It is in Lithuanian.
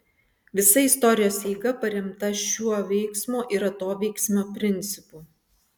visa istorijos eiga paremta šiuo veiksmo ir atoveiksmio principu